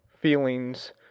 feelings